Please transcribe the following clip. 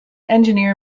engineer